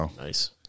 Nice